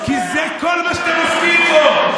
כי זה כל מה שאתם עוסקים בו.